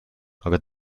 aga